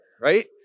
right